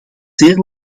zeer